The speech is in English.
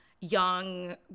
young